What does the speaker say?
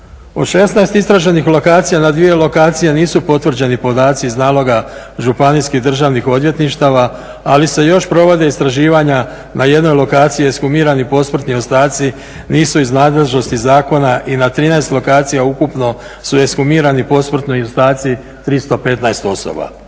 Od 16 istraženih lokacija na 2 lokacije nisu potvrđeni podaci iz naloga županijskih državnih odvjetništava ali se još provode istraživanja na jednoj lokaciji. Ekshumirani posmrtni ostaci nisu iz nadležnosti zakona i na 13 lokacija ukupno su ekshumirani posmrtni ostaci 315 osoba.